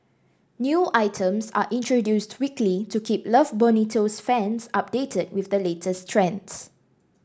new items are introduced weekly to keep Love Bonito's fans updated with the latest trends